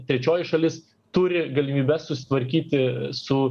trečioji šalis turi galimybes susitvarkyti su